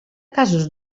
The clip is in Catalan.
casos